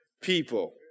people